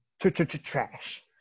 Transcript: trash